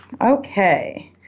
Okay